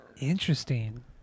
Interesting